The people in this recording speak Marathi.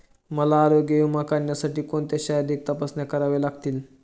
मला आरोग्य विमा काढण्यासाठी कोणत्या शारीरिक तपासण्या कराव्या लागतील?